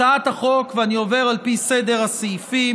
הצעת החוק, ואני עובר על פי סדר הסעיפים,